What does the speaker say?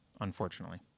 Unfortunately